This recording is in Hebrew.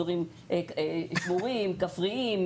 כפריים,